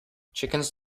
chickens